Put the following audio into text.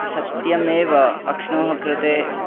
सत्यम् एव अक्ष्णोः कृते